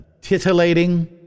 titillating